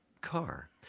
car